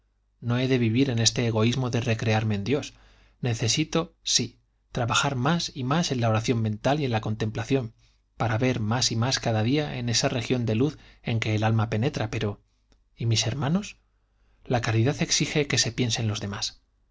no he de vivir en este egoísmo de recrearme en dios necesito sí trabajar más y más en la oración mental y en la contemplación para ver más y más cada día en esa región de luz en que el alma penetra pero y mis hermanos la caridad exige que se piense en los demás